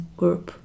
group